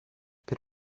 per